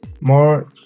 more